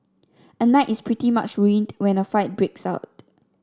a night is pretty much ruined when a fight breaks out